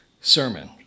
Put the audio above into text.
sermon